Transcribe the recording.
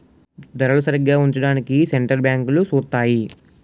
ధరలు సరిగా ఉంచడానికి సెంటర్ బ్యాంకులు సూత్తాయి